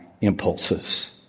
impulses